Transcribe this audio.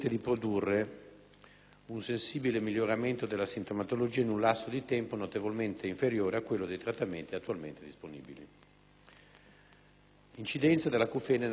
un sensibile miglioramento della sintomatologia in un lasso di tempo notevolmente inferiore a quello dei trattamenti attualmente disponibili. Con riferimento all'incidenza dell'acufene nella popolazione,